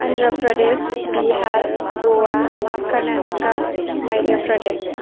आनद्रप्रदेस Bihar Goa कारनातका मद्यप्रदेश